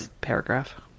paragraph